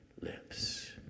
lips